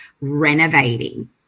renovating